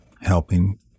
helping